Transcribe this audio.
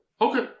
Okay